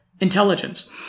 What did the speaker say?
intelligence